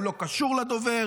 הוא לא קשור לדובר,